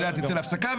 המליאה תצא להפסקה,